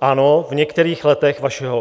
Ano, v některých letech